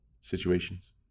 situations